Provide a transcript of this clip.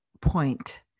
point